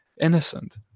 innocent